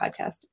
podcast